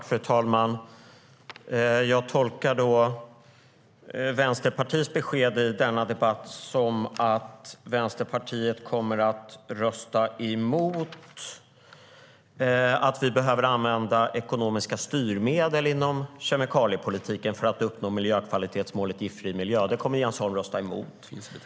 Fru talman! Jag tolkar Vänsterpartiets besked i denna debatt som att Vänsterpartiet kommer att rösta emot att vi behöver använda ekonomiska styrmedel inom kemikaliepolitiken för att uppnå miljökvalitetsmålet om en giftfri miljö. Detta kommer Jens Holm att rösta emot.